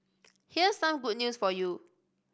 here's some good news for you